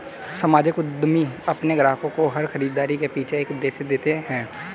सामाजिक उद्यमी अपने ग्राहकों को हर खरीदारी के पीछे एक उद्देश्य देते हैं